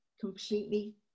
completely